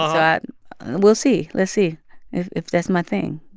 um but we'll see. let's see if if that's my thing,